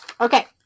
okay